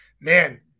Man